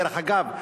דרך אגב,